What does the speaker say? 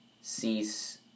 Cease